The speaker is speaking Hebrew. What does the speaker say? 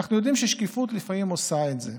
אנחנו יודעים ששקיפות לפעמים עושה את זה.